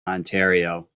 ontario